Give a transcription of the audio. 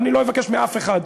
כי אני לא אבקש מאף אחד.